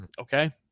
okay